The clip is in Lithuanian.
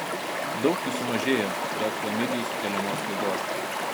daug jų sumažėjo dėl chlamidijų sukeliamos ligos